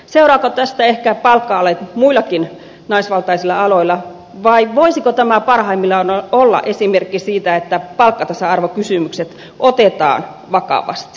seuraako tästä ehkä palkka ale muillakin naisvaltaisilla aloilla vai voisiko tämä parhaimmillaan olla esimerkki siitä että palkkatasa arvokysymykset otetaan vakavasti